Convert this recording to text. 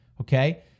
okay